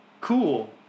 cool